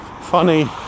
Funny